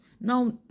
Now